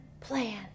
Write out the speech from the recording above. plan